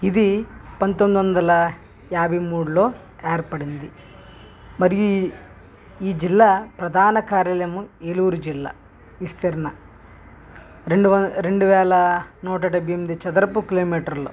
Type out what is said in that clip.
ఇది పంతొమ్మిది వందల యాభై మూడులో ఏర్పడింది మరి ఈ జిల్లా ప్రధాన కార్యలయం ఏలూరు జిల్లా విస్తీర్ణ రెండు రెండు వేల నూట డెబ్బై ఎనిమిది చదరపు కిలోమీటర్లు